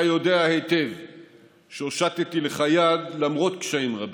אתה יודע היטב שהושטתי לך יד למרות קשיים רבים.